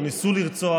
או ניסו לרצוח,